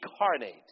incarnate